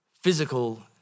physical